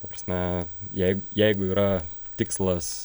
ta prasme jei jeigu yra tikslas